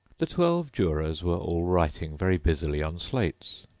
the twelve jurors were all writing very busily on slates.